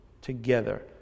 together